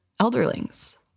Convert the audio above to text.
elderlings